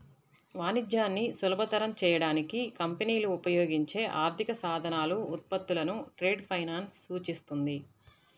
వాణిజ్యాన్ని సులభతరం చేయడానికి కంపెనీలు ఉపయోగించే ఆర్థిక సాధనాలు, ఉత్పత్తులను ట్రేడ్ ఫైనాన్స్ సూచిస్తుంది